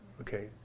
Okay